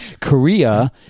Korea